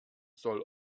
soll